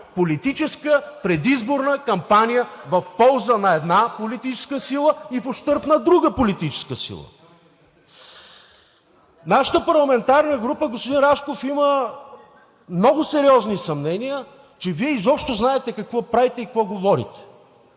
политическа предизборна кампания в полза на една политическа сила и в ущърб на друга политическа сила. Нашата парламентарна група, господин Рашков, има много сериозни съмнения, че Вие изобщо знаете какво правите и какво говорите.